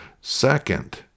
Second